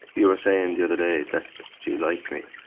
you were saying the other day that she like me.